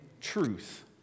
truth